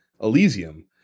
Elysium